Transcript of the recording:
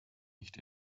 nicht